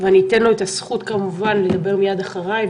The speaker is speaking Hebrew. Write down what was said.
ואתן לו את הזכות לדבר מיד אחריי.